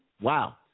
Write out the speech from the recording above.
Wow